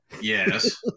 Yes